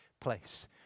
place